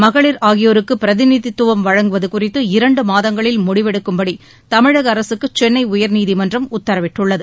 மகளிர் ஆகியோருக்கு பிரதிநிதித்துவம் வழங்குவது குறித்து இரண்டு மாதங்களில் முடிவெடுக்கும்படி தமிழக அரசுக்கு சென்னை உயர்நீதிமன்றம் உத்தரவிட்டுள்ளது